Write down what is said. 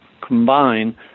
combine